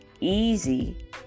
easy